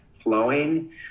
flowing